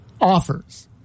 offers